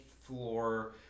floor